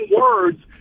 words